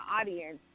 audience